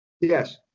Yes